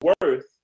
worth